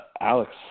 Alex